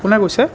কোনে কৈছে